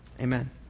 amen